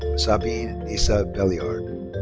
sabine nysa beliard.